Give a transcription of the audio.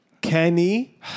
Kenny